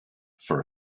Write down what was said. for